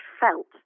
felt